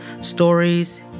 stories